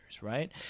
right